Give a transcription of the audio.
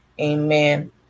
amen